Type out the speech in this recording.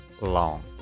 long